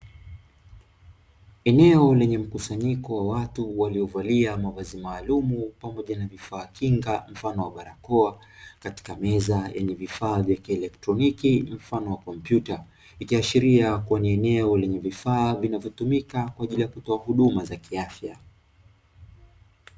Eneo lenye mkusanyiko wa watu waliovalia mavazi maalum pamoja na vifaa kinga mfano wa barakoa katika meza yenye vifaa vya kieletroniki mfano wa kompyuta. Ikiaashiria kwenye eneo lenye vifaa vinavyotumika kwa ajili ya kutoa huduma za kiafya.